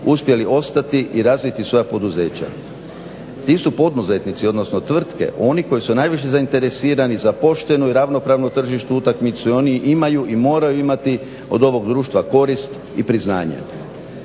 uspjeli ostati i razviti svoja poduzeća. Ti su poduzetnici odnosno tvrtke oni koji su najviše zainteresirani za poštenu i ravnopravnu tržišnu utakmicu i oni imaju i moraju imati od ovog društva korist i priznanje.